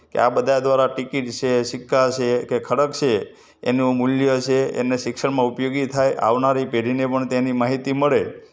કે આ બધા દ્વારા ટિકીટ છે સિક્કા છે કે ખડક છે એનું મૂલ્ય છે એમને શિક્ષણમાં ઉપયોગી થાય આવનારી પેઢીને પણ તેની માહિતી મળે